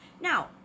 Now